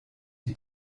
die